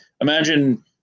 imagine